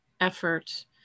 effort